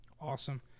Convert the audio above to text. Awesome